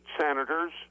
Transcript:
senators